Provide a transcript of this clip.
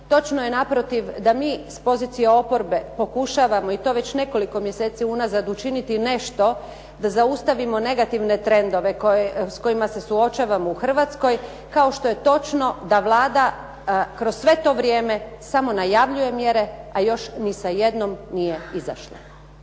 Točno je naprotiv da s pozicije oporbe pokušavamo i to nekoliko mjeseci učiniti nešto da zaustavimo negativne trendove s kojima se suočavamo u Hrvatskoj kao što je točno da Vlada sve to vrijeme samo najavljuje mjere, a još ni sa jednom nije izašla.